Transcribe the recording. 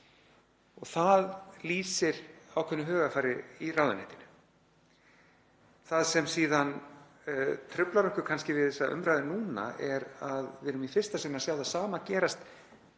og það lýsir ákveðnu hugarfari í ráðuneytinu. Það sem truflar okkur kannski við þessa umræðu núna er að við erum í fyrsta sinn að sjá það sama gerast af